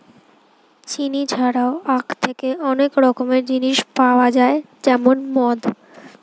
চিনি ছাড়াও আখ থেকে অনেক রকমের জিনিস পাওয়া যায় যেমন মদ